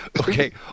okay